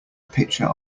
picture